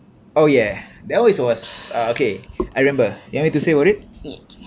oh ya that was was okay I remember you want me to say about it